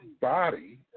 Body